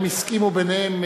הם הסכימו ביניהם,